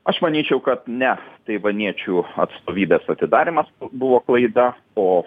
aš manyčiau kad ne taivaniečių atstovybės atidarymas buvo klaida o